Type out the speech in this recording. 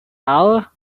hour